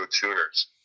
tuners